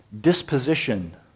disposition